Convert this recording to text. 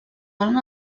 alma